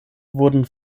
wurden